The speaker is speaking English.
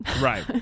Right